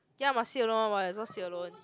ya must sit alone what is all sit alone